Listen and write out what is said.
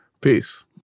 Peace